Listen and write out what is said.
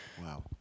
Wow